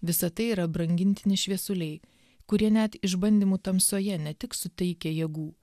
visa tai yra brangintini šviesuliai kurie net išbandymų tamsoje ne tik suteikia jėgų